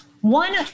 One